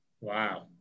Wow